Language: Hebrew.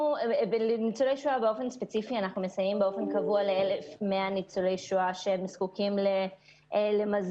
אנחנו מסייעים באופן קבוע ל-1,100 ניצולי שואה שזקוקים למזון,